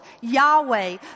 Yahweh